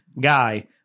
guy